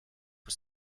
for